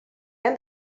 and